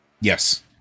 Yes